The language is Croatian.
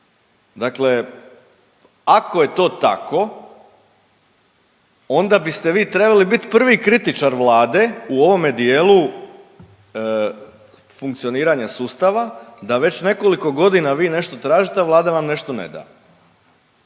Dakle, ako je to tako onda biste vi trebali biti prvi kritičar Vlade u ovome dijelu funkcioniranja sustava da već nekoliko godina vi nešto tražite, a Vlada vam nešto ne da.